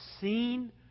seen